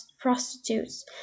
prostitutes